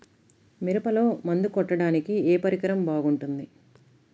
మిరపలో మందు కొట్టాడానికి ఏ పరికరం బాగుంటుంది?